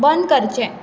बंद करचें